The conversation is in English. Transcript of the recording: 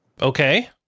Okay